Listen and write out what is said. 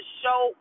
show